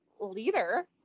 leader